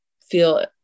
feel